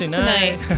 tonight